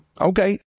Okay